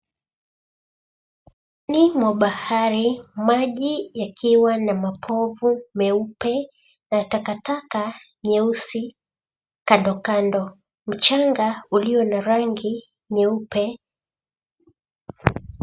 Ufuoni mwa bahari maji yakiwa na mapovu meupe na takataka nyeusi kandokando, mchanga ulio na rangi nyeupe.